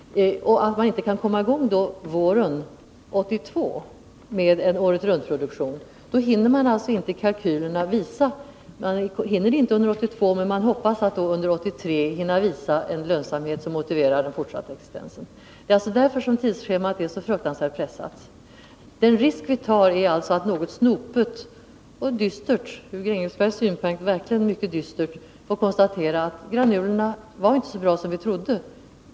Om man inte kan komma i gång våren 1982 med en åretruntproduktion hinner man inte under 1983 visa en lönsamhet som motiverar den fortsatta produktionen. Det är alltså därför tidsschemat är så fruktansvärt pressat. Den risk vi tar är att vi något snopet och ur Grängesbergs synvinkel mycket dystert får konstatera att granulerna inte var så bra som vi trodde.